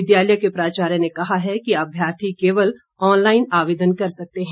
विद्यालय के प्राचार्य ने कहा है कि अभ्यार्थी केवल ऑनलाईन आवेदन कर सकते हैं